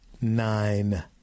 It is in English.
nine